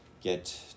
get